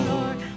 Lord